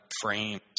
frames